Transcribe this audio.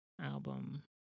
album